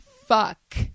fuck